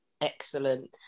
Excellent